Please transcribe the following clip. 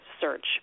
search